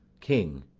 king.